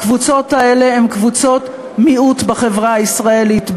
הקבוצות האלה הן קבוצות מיעוט בחברה הישראלית,